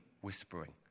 whispering